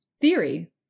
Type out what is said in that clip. Theory